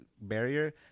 barrier